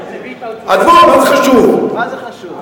עזבו, מה זה חשוב?